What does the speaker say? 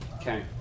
Okay